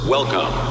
Welcome